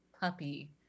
puppy